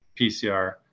PCR